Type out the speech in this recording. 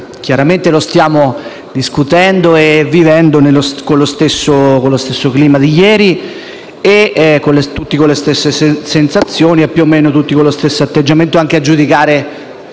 stamattina. Lo stiamo discutendo e vivendo con lo stesso clima di ieri, con le stesse sensazioni e più o meno tutti con lo stesso atteggiamento, anche a giudicare